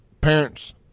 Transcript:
Parents